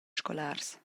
scolars